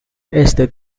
este